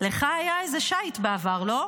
לך היה איזה שיט בעבר, לא?